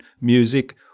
music